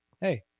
hey